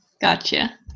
gotcha